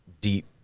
deep